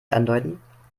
andeuten